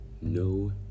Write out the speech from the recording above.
no